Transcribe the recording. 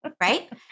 Right